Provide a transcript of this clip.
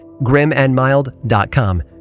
GrimAndMild.com